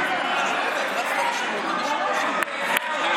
אינו נוכח בועז טופורובסקי, אינו